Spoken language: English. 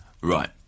Right